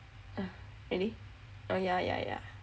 really oh yah yah yah